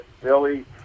Billy